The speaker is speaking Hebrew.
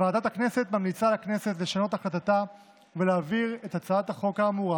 ועדת הכנסת ממליצה לכנסת לשנות החלטתה ולהעביר את הצעת החוק האמורה